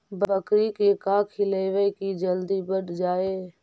बकरी के का खिलैबै कि जल्दी बढ़ जाए?